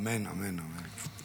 אמן, אמן.